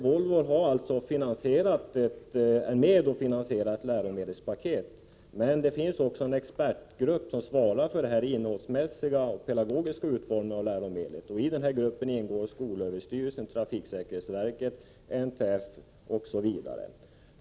Volvo är med och finansierar ett läromedelspaket, men en expertgrupp svarar för den innehållsmässiga och pedagogiska utformningen, och i den gruppen ingår skolöverstyrelsen, trafiksäkerhetsverket, NTF osv.